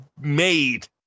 made